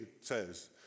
says